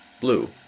Blue